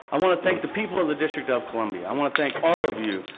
i want to thank the people of the district of columbia. i want to thank all of you.